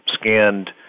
scanned